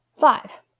five